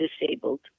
disabled